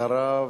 אחריו,